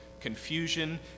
confusion